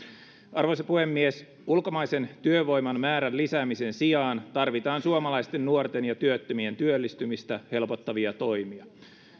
arvoisa puhemies ulkomaisen työvoiman määrän lisäämisen sijaan tarvitaan suomalaisten nuorten ja työttömien työllistymistä helpottavia toimia